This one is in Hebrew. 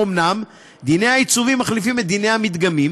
אומנם דיני העיצובים מחליפים את דיני המדגמים,